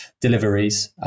deliveries